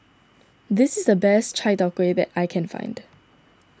this is the best Chai Tow Kuay that I can find